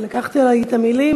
לקחת לי את המילים.